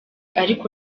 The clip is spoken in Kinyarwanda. ariko